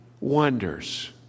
wonders